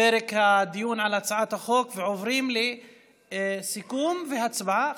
פרק הדיון על הצעת החוק ועוברים לסיכום והצבעה.